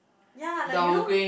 ya like you know